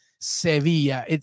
Sevilla